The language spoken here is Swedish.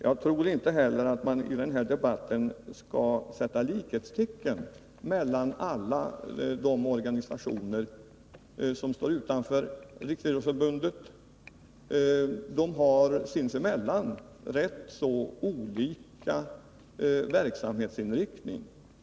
Jag tror inte heller att man i den här debatten skall sätta likhetstecken mellan alla de organisationer som står utanför Riksidrottsförbundet. De har Nr 33 sinsemellan rätt olika verksamhetsinriktning.